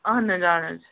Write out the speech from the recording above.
اہَن حظ اہَن حظ